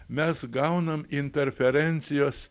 mes gaunam interferencijos